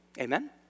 Amen